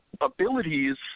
abilities